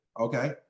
Okay